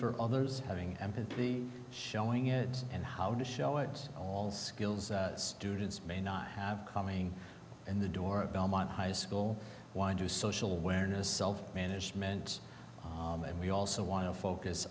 for others having empathy showing it and how to show it all skills students may not have coming in the door of belmont high school why do social awareness self management and we also want to focus